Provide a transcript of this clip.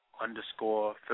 underscore